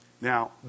Now